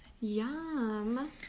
Yum